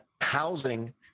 housing